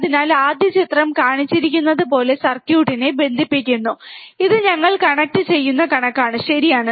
അതിനാൽ ആദ്യം ചിത്രം കാണിച്ചിരിക്കുന്നതുപോലെ സർക്യൂട്ടിനെ ബന്ധിപ്പിക്കുന്നു ഇത് ഞങ്ങൾ കണക്റ്റുചെയ്യുന്ന കണക്കാണ് ശരിയാണ്